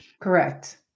Correct